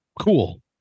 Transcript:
cool